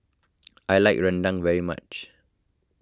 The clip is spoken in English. I like Rendang very much